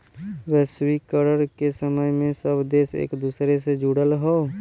वैश्वीकरण के समय में सब देश एक दूसरे से जुड़ल हौ